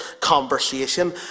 conversation